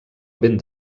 ben